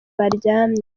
baryamye